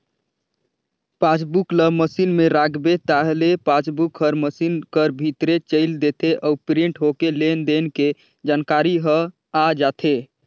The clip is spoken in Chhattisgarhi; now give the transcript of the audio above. पासबुक ल मसीन में राखबे ताहले पासबुक हर मसीन कर भीतरे चइल देथे अउ प्रिंट होके लेन देन के जानकारी ह आ जाथे